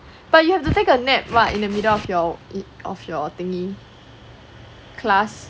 but you have to take a nap [right] in the middle of your of your thingy class